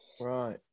right